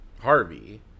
Harvey